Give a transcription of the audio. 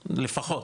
לפחות,